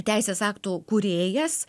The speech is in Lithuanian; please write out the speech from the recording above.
teisės aktų kūrėjas